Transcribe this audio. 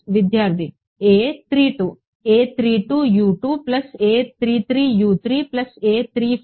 విద్యార్థి A 32